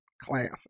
Classic